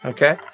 Okay